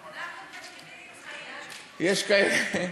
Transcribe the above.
אנחנו פשקווילים חיים, אני פשקוויל.